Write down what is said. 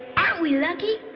aren't we lucky?